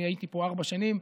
אני הייתי פה ארבע שנים.